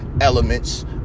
elements